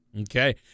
Okay